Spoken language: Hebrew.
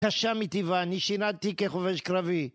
קשה מטבעה, אני שירתתי כחובש קרבי.